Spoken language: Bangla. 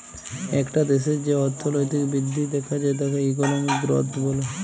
একটা দ্যাশের যে অর্থলৈতিক বৃদ্ধি দ্যাখা যায় তাকে ইকলমিক গ্রথ ব্যলে